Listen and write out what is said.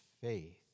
faith